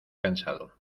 cansado